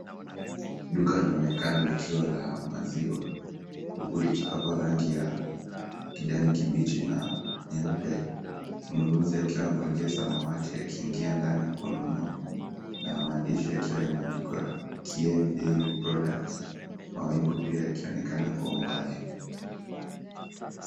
Duka linaonekana likiwa la maziwa, huku likipakwa rangi ya kijani kibichi na nyeupe. Mnunuzi akiwa amevalia samawati akiingia ndani kununua na maandishi yakiwa ya maandiko ya kieni dairy products mawingu pia yakionekana kwa umbali.